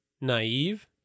naive